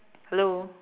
hello